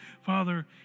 Father